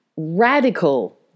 radical